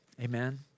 Amen